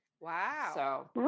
Wow